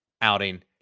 outing